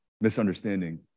misunderstanding